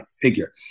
figure